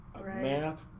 math